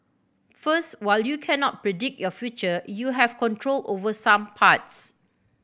first while you cannot predict your future you have control over some parts